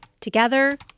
Together